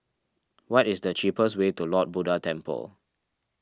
what is the cheapest way to Lord Buddha Temple